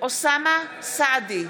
אוסאמה סעדי,